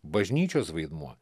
bažnyčios vaidmuo